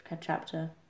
chapter